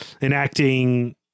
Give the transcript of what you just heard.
enacting